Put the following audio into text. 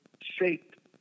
shaped